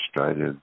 Australia